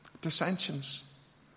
dissensions